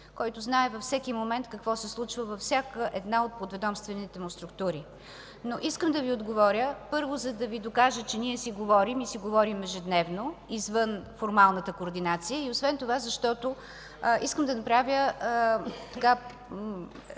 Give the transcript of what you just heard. който знае във всеки момент какво се случва във всяка една от подведомствените му структури, но искам да Ви отговоря – първо, за да Ви докажа, че ние си говорим и си говорим ежедневно извън формалната координация. И освен това, защото искам да направя изказване